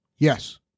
Yes